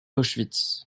auschwitz